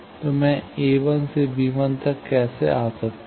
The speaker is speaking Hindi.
तो मैं a1 से b1 तक कैसे आ सकता हूं